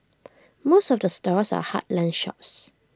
most of the stores are heartland shops